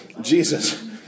Jesus